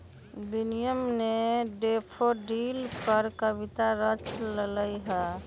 William ने daffodil पर कविता रच लय है